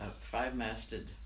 five-masted